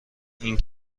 این